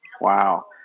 Wow